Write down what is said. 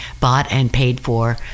bought-and-paid-for